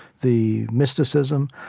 the mysticism.